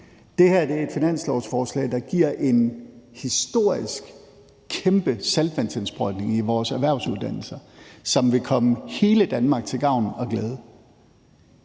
Det her er et finanslovsforslag, der giver en historisk, kæmpe saltvandsindsprøjtning i vores erhvervsuddannelser, som vil komme hele Danmark til gavn og glæde.